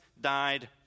died